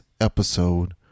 episode